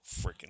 freaking